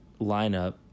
lineup